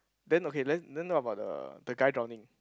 then okay then then how about the the guy drowning